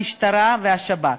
המשטרה והשב"כ.